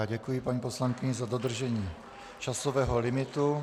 Děkuji paní poslankyni za dodržení časového limitu.